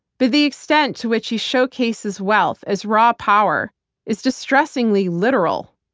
but the extent to which he showcases wealth as raw power is distressingly literal.